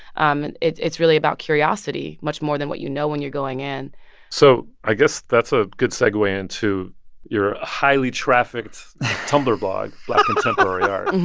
um it's it's really about curiosity much more than what you know when you're going in so i guess that's a good segue into your highly-trafficked tumblr blog, black contemporary art